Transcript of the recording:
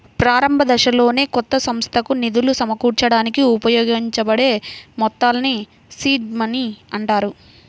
ప్రారంభదశలోనే కొత్త సంస్థకు నిధులు సమకూర్చడానికి ఉపయోగించబడే మొత్తాల్ని సీడ్ మనీ అంటారు